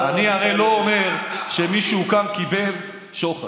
אני הרי לא אומר שמישהו כאן קיבל שוחד.